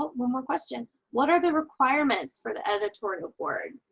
one more question. what are the requirements for the editorial board?